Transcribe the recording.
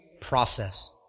process